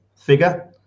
figure